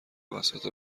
وسط